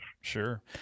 sure